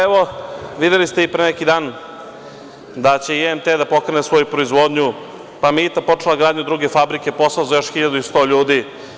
Evo, videli ste i pre neki dan da će IMT da pokrene svoju proizvodnju, pa je „Meita“ počela gradnju druge fabrike, posao za još 1.100 ljudi.